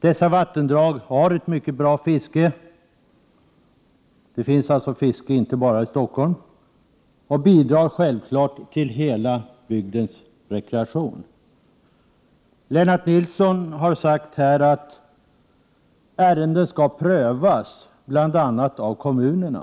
Dessa vattendrag har ett mycket bra fiske — det finns alltså fisk inte bara i Stockholm — och bidrar självfallet till hela bygdens rekreation. Lennart Nilsson har sagt att ärendet skall prövas av bl.a. kommunerna.